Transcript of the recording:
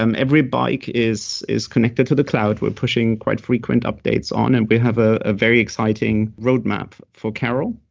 um every bike is is connected to the cloud, we're pushing quite frequent updates on and we have a ah very exciting roadmap for car o l,